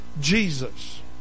jesus